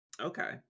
Okay